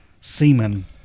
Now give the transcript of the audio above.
semen